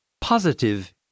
Positive